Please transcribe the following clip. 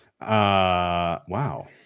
Wow